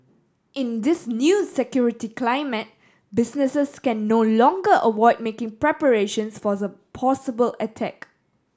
in this new security climate businesses can no longer avoid making preparations for the possible attack